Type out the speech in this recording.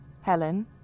Helen